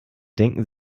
denken